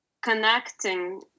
connecting